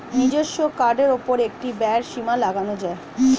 নিজস্ব কার্ডের উপর একটি ব্যয়ের সীমা লাগানো যায়